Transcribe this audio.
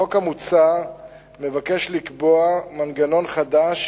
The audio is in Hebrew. החוק המוצע מבקש לקבוע מנגנון חדש